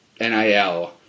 NIL